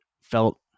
felt